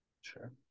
Sure